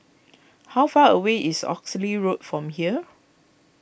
how far away is Oxley Road from here